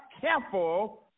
careful